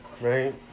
Right